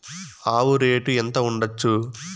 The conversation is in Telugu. ఆవు రేటు ఎంత ఉండచ్చు?